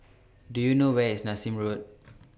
Do YOU know Where IS Nassim Road